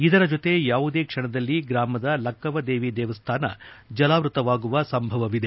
ಇದರ ಜೊತೆ ಯಾವುದೇ ಕ್ಷಣದಲ್ಲಿ ಗ್ರಾಮದ ಲಕ್ಷವದೇವಿ ದೇವಸ್ಥಾನ ಜಲಾವ್ಯತವಾಗುವ ಸಾಧ್ಯತೆ ಇದೆ